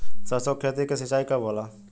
सरसों की खेती के सिंचाई कब होला?